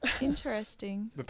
Interesting